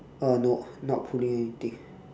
uh no not pulling anything